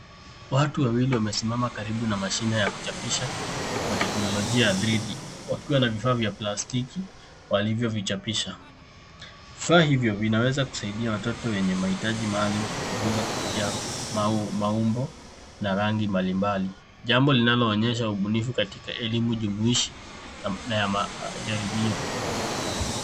Watu wawili wamesimama karibu na mashine ya kuchapisha kwa teknolojia ya 3D wakiwa na vifaa vya plastiki walivyovichapisha. Vifaa hivyo vinaweza kusaidia watoto wenye mahitaji maalum kujifunza kupitia maumbo na rangi mbalimbali, jambo linaloonyesha ubunifu katika elimu jumuishi na ya majaribio.